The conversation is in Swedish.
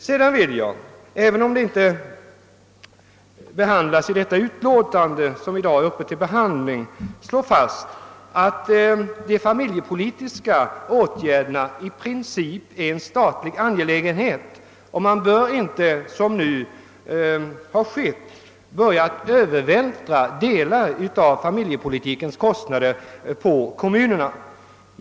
Sedan vill jag, trots att det inte behandlas i det utlåtande som i dag är uppe till behandling, slå fast att de familjepolitiska åtgärderna i princip är en statlig angelägenhet. Man bör inte som nu har skett börja övervältra delar av familjepolitikens kostnader på kommunerna.